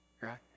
Right